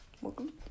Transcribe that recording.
Welcome